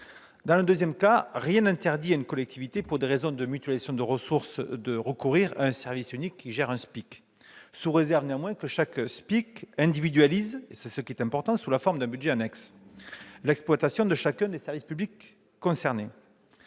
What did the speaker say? Dans ce second cas, rien n'interdit à une collectivité, pour des raisons de mutualisation de ressources, de recourir à un service unique pour gérer un SPIC, sous réserve néanmoins que chaque SPIC individualise, sous la forme d'un budget annexe, l'exploitation de chacun des services publics concernés.